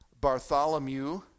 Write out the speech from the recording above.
Bartholomew